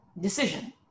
decision